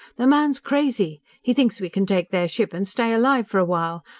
the man's crazy! he thinks we can take their ship and stay alive for a while!